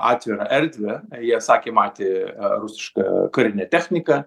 atvirą erdvę jie sakė matė rusišką karinę techniką